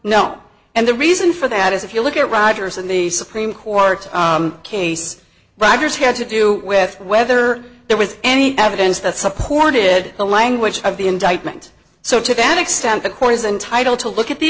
no and the reason for that is if you look at rogers and the supreme court case riders had to do with whether there was any evidence that supported the language of the indictment so to van extent the court is entitled to look at the